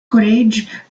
college